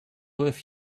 with